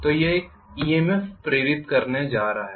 तो यह एक ईएमएफ प्रेरित करने जा रहा है